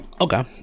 Okay